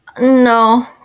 No